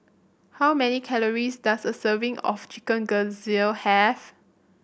how many calories does a serving of chicken have